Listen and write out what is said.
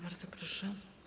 Bardzo proszę.